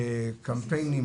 קמפיינים,